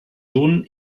sohn